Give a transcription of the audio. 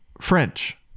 French